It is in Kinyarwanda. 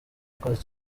wakoze